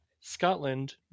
Scotland